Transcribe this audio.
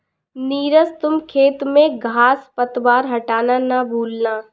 नीरज तुम खेत में घांस पतवार हटाना ना भूलना